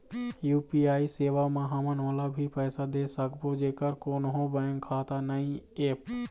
UPI सेवा म हमन ओला भी पैसा दे सकबो जेकर कोन्हो बैंक खाता नई ऐप?